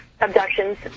abductions